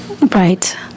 Right